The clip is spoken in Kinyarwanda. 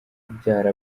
kubyara